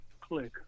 click